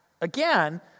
Again